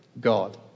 God